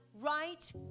right